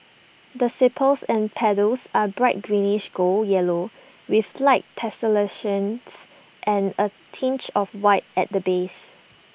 the sepals and petals are bright greenish golden yellow with light tessellations and A tinge of white at the base